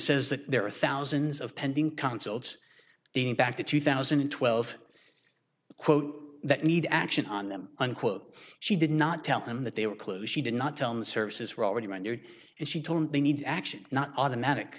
says that there are thousands of pending consulates in back to two thousand and twelve quote that need action on them unquote she did not tell them that they were clues she did not tell the services were already rendered and she told them they need action not automatic